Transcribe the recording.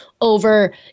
over